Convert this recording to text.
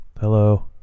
Hello